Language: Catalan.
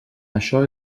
això